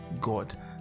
god